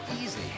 easy